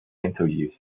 interviews